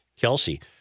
Kelsey